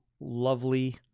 lovely